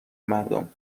مردم